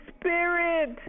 Spirit